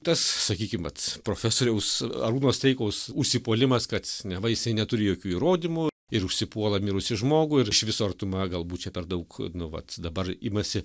tas sakykim vat profesoriaus arūno streikaus užsipuolimas kad neva jisai neturi jokių įrodymų ir užsipuola mirusį žmogų ir iš viso artuma galbūt čia per daug nu vat dabar imasi